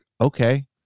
okay